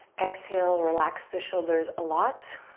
exhale, relax the shoulders a lot.